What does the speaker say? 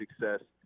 success